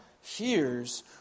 hears